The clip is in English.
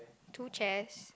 two chairs